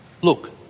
Look